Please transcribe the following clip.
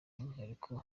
umwihariko